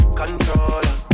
controller